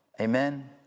Amen